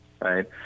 right